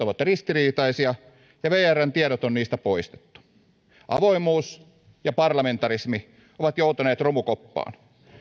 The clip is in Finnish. ovat ristiriitaisia ja vrn tiedot on niistä poistettu avoimuus ja parlamentarismi ovat joutaneet romukoppaan